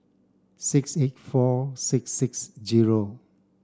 six eight four six six zero